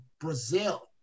Brazil